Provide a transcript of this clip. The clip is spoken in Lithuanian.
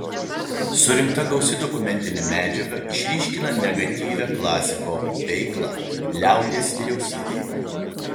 surinkta gausi dokumentinė medžiaga išryškina negatyvią klasiko veiklą liaudies vyriausybėje